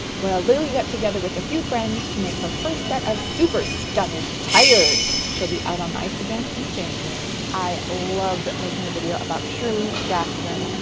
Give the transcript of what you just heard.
well lily got together with a few friends to make her first set of super studded tires. she'll be out on the ice again in january. i loved making the video about shirley jackson,